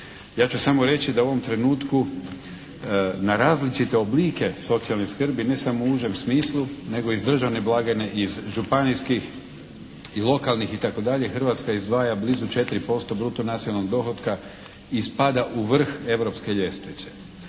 Ja ću samo reći da u ovom trenutku na različite oblike socijalne skrbi ne samo u užem smislu nego i iz državne blagajne i iz županijskih i lokalnih i tako dalje Hrvatska izdvaja blizu 4% bruto nacionalnog dohotka i spada u vrh europske ljestvice.